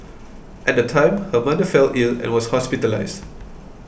at the time her mother fell ill and was hospitalised